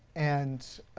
and,